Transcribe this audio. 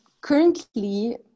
currently